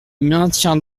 maintiens